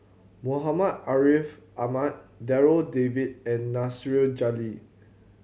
Muhammad Ariff Ahmad Darryl David and Nasir Jalil